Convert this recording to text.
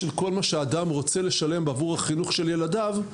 אדם שרוצה לשלם בעבור החינוך של ילדיו,